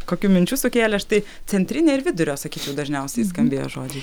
kokių minčių sukėlė štai centrinė ir vidurio sakyčiau dažniausiai skambėjo žodžiai